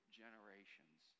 generations